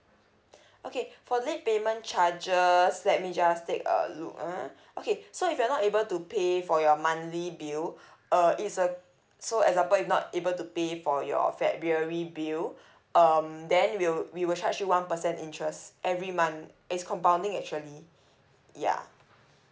okay for late payment charges let me just take a look ah okay so if you're not able to pay for your monthly bill uh it's a so example if not able to pay for your february bill um then we'll we will charge you one percent interest every month it's compounding actually ya